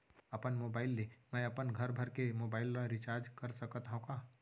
अपन मोबाइल ले मैं अपन घरभर के मोबाइल ला रिचार्ज कर सकत हव का?